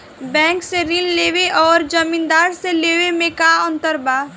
Bank से ऋण लेवे अउर जमींदार से लेवे मे का अंतर बा?